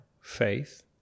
faith